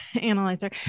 analyzer